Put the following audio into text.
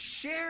share